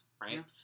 right